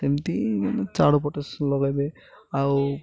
ସେମିତି ଚାଉଳ ପଟାସ ଲଗେଇବେ ଆଉ